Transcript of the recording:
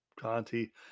Conti